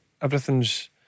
everything's